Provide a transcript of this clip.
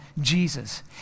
Jesus